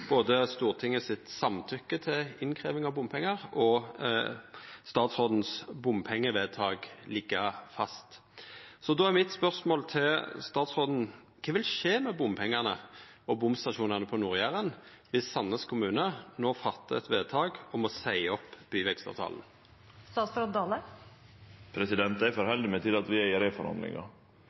samtykke til innkrevjing av bompengar og statsråden sitt bompengevedtak liggja fast. Då er spørsmålet mitt til statsråden: Kva vil skje med bompengane og bomstasjonane på Nord-Jæren dersom Sandnes kommune no fattar eit vedtak om å seia opp byvekstavtalen? Eg held meg til at vi er i